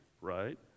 Right